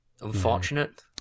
unfortunate